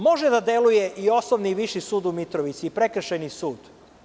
Može da deluje i Osnovni i Viši sud u Mitrovici i Prekršajni sud.